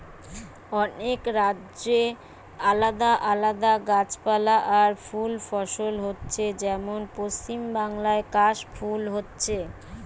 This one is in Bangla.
অনেক রাজ্যে আলাদা আলাদা গাছপালা আর ফুল ফসল হচ্ছে যেমন পশ্চিমবাংলায় কাশ ফুল হচ্ছে